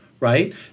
Right